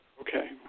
Okay